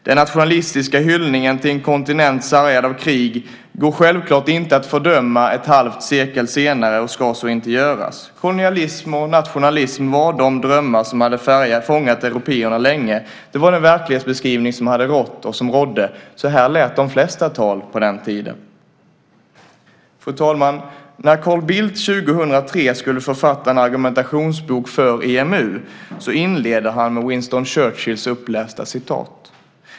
Den nationalistiska hyllningen till en kontinent sargad av krig går självklart inte att fördöma ett halvt sekel senare, och det ska heller inte göras. Kolonialism och nationalism var de drömmar som hade färgat och fångat européerna länge. Det var den verklighetsbeskrivning som hade rått och som rådde. Så här lät de flesta tal på den tiden. Fru talman! När Carl Bildt 2003 skulle författa en argumentationsbok för EMU inledde han med det upplästa citatet av Winston Churchill.